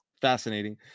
fascinating